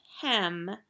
hem